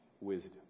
wisdom